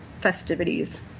festivities